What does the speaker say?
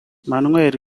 manuel